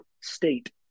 state